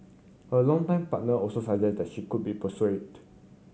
her longtime partner also suggested that she could be persuaded